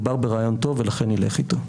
מדובר ברעיון טוב ולכן נלך איתו.